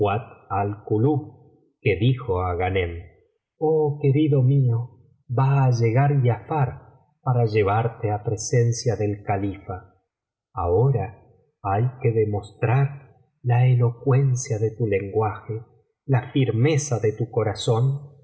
kuat al kulub que dijo á ghanem oh querido mío va á llegar giafar para llevarte á presencia del califa ahora hay que demostrar la elocuencia de tu lenguaje la firmeza de tu corazón